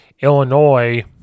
Illinois